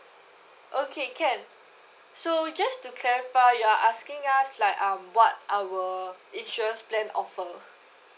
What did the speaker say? okay can so just to clarify you're asking us like um what our insurance plan offer